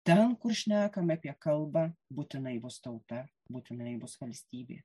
ten kur šnekame apie kalbą būtinai bus tauta būtinai bus valstybė